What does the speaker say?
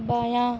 بایاں